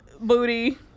booty